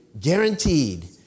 guaranteed